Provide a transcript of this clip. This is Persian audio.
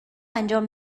انجام